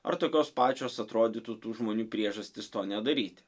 ar tokios pačios atrodytų tų žmonių priežastys to nedaryti